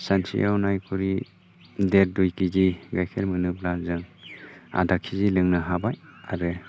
सानसेआव नायकुरि देर दुइ किजि गाइखेर मोनोब्ला जों आधा किजि लोंनो हाबाय आरो